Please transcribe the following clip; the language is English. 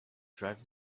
drive